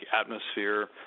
atmosphere